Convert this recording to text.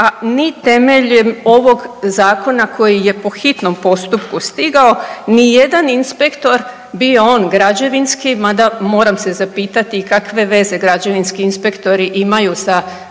a ni temeljem ovog zakona koji je po hitnom postupku stigao ni jedan inspektor bio on građevinski mada moram se zapitati kakve veze građevinski inspektori imaju sa